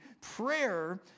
Prayer